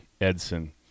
Edson